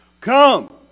Come